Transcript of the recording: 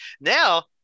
now